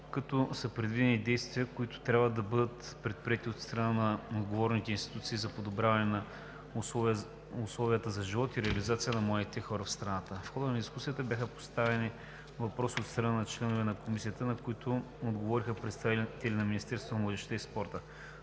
като са предвидени действията, които трябва да бъдат предприети от страна на отговорните институции за подобряване на условията за живот и реализация на младите хора в страната. В хода на дискусията бяха поставени въпроси от страна на членове на Комисията, на които отговориха представителите на Министерството на младежта и спорта.